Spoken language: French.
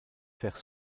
faire